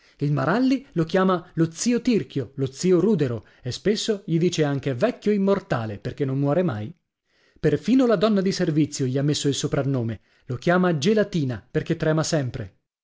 il maralli lo chiama lo zio tirchio lo zio rùdero e spesso gli dice anche vecchio immortale perché non muore mai perfino la donna di servizio gli ha messo il soprannome lo chiama gelatina perché trema sempre